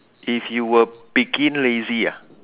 if you were begin lazy ah